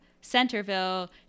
Centerville